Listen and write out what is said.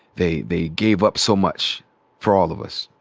they they gave up so much for all of us,